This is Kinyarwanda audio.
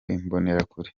imbonerakure